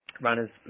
runners